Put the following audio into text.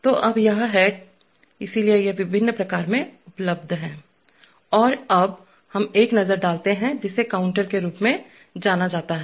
तो अब यह है इसलिए ये विभिन्न प्रकार में उपलब्ध हैं और अब हम एक नज़र डालते हैं जिसे काउंटर के रूप में जाना जाता है